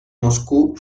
moscú